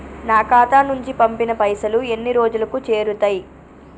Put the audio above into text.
నా ఖాతా నుంచి పంపిన పైసలు ఎన్ని రోజులకు చేరుతయ్?